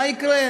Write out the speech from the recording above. מה יקרה?